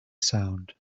sound